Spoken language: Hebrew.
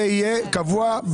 זה יהיה קבוע.